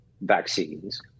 vaccines